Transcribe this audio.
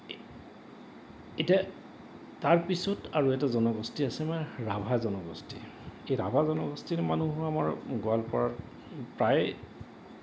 এতিয়া তাৰপিছত আৰু এটা জনগোষ্ঠী আছে আমাৰ ৰাভা জনগোষ্ঠী এই ৰাভা জনগোষ্ঠীৰ মানুহো আমাৰ গোৱালপাৰাত প্ৰায়